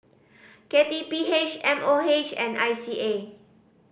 K T P H M O H and I C A